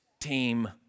team